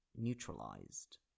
neutralized